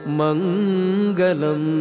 mangalam